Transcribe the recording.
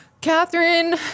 Catherine